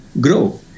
grow